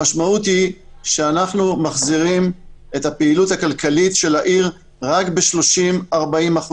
המשמעות היא שאנחנו מחזירים את הפעילות הכלכלית של העיר רק ב-30%-40%.